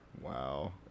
Wow